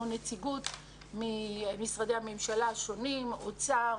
נציגות של משרדי הממשלה השונים אוצר,